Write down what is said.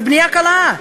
זאת בנייה קלה.